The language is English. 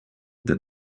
that